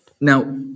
Now